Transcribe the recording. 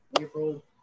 April